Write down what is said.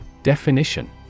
Definition